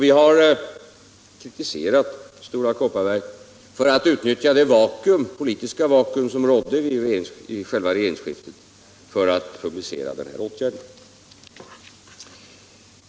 Vi har kritiserat Stora Kopparberg för att utnyttja det politiska vakuum som rådde vid själva regeringsskiftet till att publicera den här åtgärden.